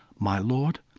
my lord,